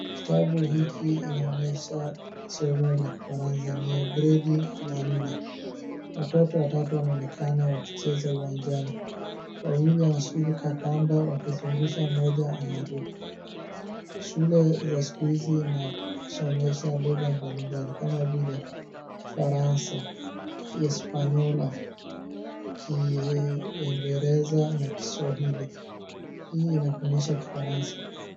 Kitabu hiki inaonyesha somo la kifaransa, ni ya gredi la nne. Watoto watatu wanaonekana wakicheza uwanjani, wawili wanashika kamba wakizungusha, mmoja anaruka. Shule za skuizi zinasomesha lugha mbalimbali kama vile kifaransa, kiespanyola, kiingereza na kiswahili. Hii inafundisha kifaransa.